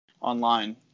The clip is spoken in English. online